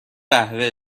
قهوه